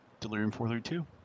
Delirium432